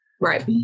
right